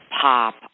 pop